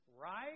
right